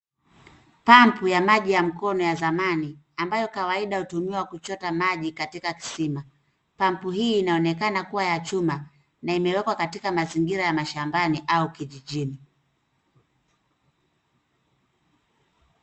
Pump ya maji ya mkono ya zamani, ambayo kawaida hutumika kuchota maji katika kisima. Pump hii inaonekana kuwa ya chuma, na imewekwa katika mazingira ya mashambani au kijijini.